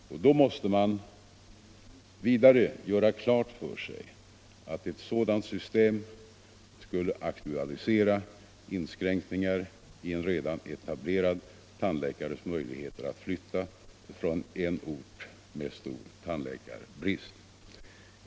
Ett sådant system skulle också kunna aktualisera frågan om inskränkningar i redan etablerade tandläkares möjligheter att flytta från en ort med stor tandläkarbrist.